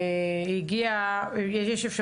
אין דבר כזה, מה שיבושים?